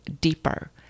deeper